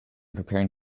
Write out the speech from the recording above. preparing